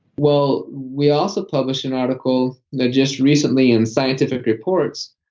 well, we also published an article that just recently in scientific reports,